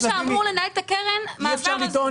זה שאמור לנהל את הקרן --- חברת הכנסת לזימי,